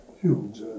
Huge